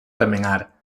remenar